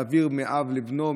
להעביר מאב לבנו,